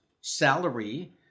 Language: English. salary